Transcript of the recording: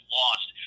lost